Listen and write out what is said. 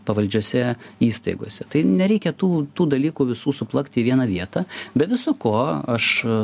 pavaldžiose įstaigose tai nereikia tų tų dalykų visų suplakti į vieną vietą be viso ko aš